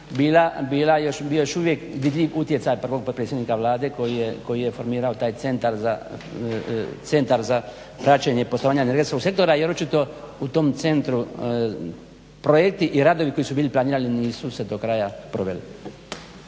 bio još uvijek vidljiv utjecaj prvog potpredsjednika Vlade koji je formirao taj Centar za praćenje i poslovanje energetskog sektora jer očito u tom centru projekti i radovi koji su bili planirani nisu se do kraja proveli.